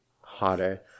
hotter